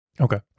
Okay